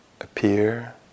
appear